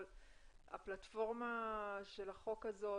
אבל הפלטפורמה של החוק הזה,